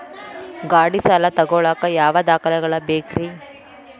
ಗಾಡಿ ಸಾಲ ತಗೋಳಾಕ ಯಾವ ದಾಖಲೆಗಳ ಬೇಕ್ರಿ?